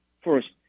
first